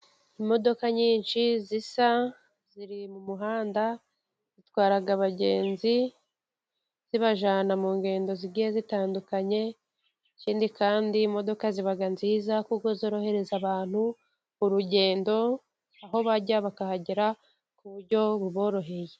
Imodoka nyinshi zisa ziri mu muhanda, zitwara abagenzi zibajyana mu ngendo zigiye zitandukanye, ikindi kandi imodoka ziba nziza kuko zorohereza abantu urugendo, aho bajya bakahagera ku buryo buboroheye.